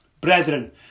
Brethren